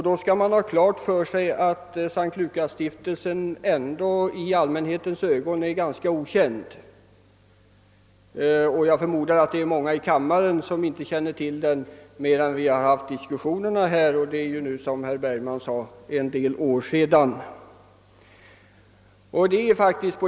Då skall man ha klart för sig att S:t Lukasstiftelsen ändå är ganska okänd för allmänheten, och jag förmodar att många i kammaren inte känner till stiftelsen mer än genom de diskussioner som vi har fört om den — och det är, som herr Bergman sade, en del år sedan nu.